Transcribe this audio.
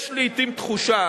יש לעתים תחושה